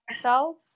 cells